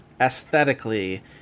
aesthetically